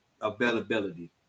availability